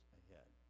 ahead